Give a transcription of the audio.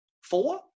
four